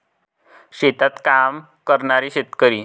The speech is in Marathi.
शेतात काम करणारे शेतकरी